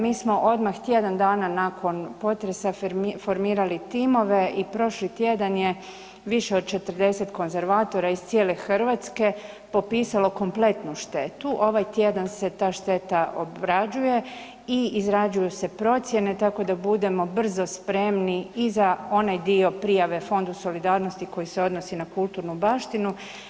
Mi smo odmah tjedan nakon potresa formirali timove i prošli tjedan je više od 40 konzervatora iz cijele Hrvatske popisalo kompletnu štetu, ovaj tjedan se ta šteta obrađuje i izrađuju se procjene tako da budemo brzo spremni i za onaj dio prijave Fond za solidarnost koji se odnosi na kulturnu baštinu.